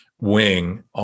wing